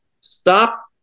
stop